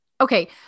Okay